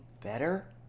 better